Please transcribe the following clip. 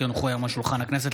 כי הונחו היום על שולחן הכנסת,